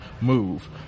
move